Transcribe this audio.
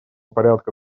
порядка